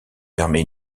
permet